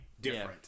different